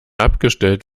abgestellt